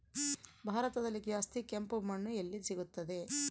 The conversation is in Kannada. ಭಾರತದಲ್ಲಿ ಜಾಸ್ತಿ ಕೆಂಪು ಮಣ್ಣು ಎಲ್ಲಿ ಸಿಗುತ್ತದೆ?